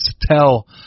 tell –